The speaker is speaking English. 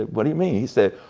what do you mean? he said,